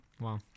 Wow